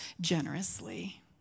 generously